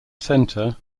center